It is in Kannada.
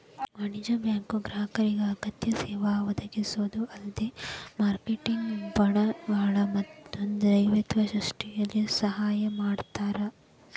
ವಾಣಿಜ್ಯ ಬ್ಯಾಂಕು ಗ್ರಾಹಕರಿಗೆ ಅಗತ್ಯ ಸೇವಾ ಒದಗಿಸೊದ ಅಲ್ದ ಮಾರ್ಕೆಟಿನ್ ಬಂಡವಾಳ ಮತ್ತ ದ್ರವ್ಯತೆ ಸೃಷ್ಟಿಸಲಿಕ್ಕೆ ಸಹಾಯ ಮಾಡ್ತಾರ